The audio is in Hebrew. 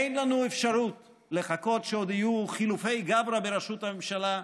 אין לנו אפשרות לחכות עוד שיהיו חילופי גברי בראשות הממשלה.